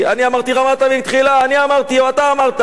אני אמרתי רמת-אביב תחילה, אני אמרתי או אתה אמרת?